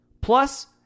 plus